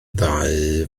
ddau